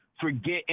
forget